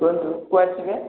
କୁହନ୍ତୁ କୁଆଡ଼େ ଯିବେ